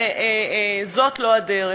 זאת לא הדרך.